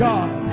God